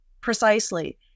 Precisely